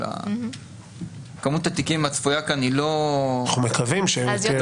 אלא כמות התיקים הצפויה כאן היא לא --- אנחנו מקווים שאין יותר.